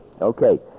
Okay